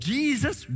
Jesus